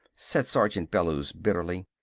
said sergeant bellews bitterly.